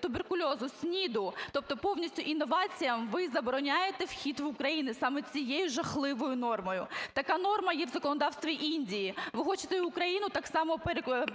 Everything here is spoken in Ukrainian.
туберкульозу, СНІДу. Тобто повністю інноваціям ви забороняєте вхід в Україну саме цією жахливою нормою. Така норма є в законодавстві Індії. Ви хочете і Україну так само